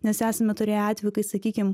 nes esame turėję atvejų kai sakykim